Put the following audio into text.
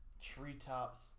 Treetops